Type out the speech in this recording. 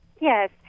yes